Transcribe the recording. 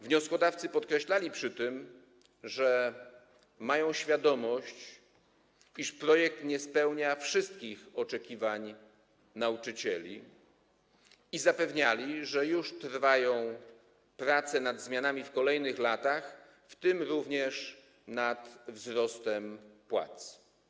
Wnioskodawcy podkreślali przy tym, że mają świadomość, iż projekt nie spełnia wszystkich oczekiwań nauczycieli, i zapewniali, że już trwają prace nad zmianami w kolejnych latach, w tym również nad wzrostem płac.